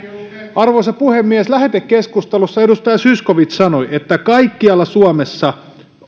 arvoisa puhemies lähetekeskustelussa edustaja zyskowicz sanoi että kaikkialla suomessa